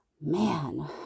man